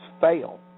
fail